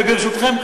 וברשותכם,